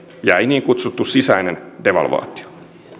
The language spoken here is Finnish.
jäi niin kutsuttu sisäinen devalvaatio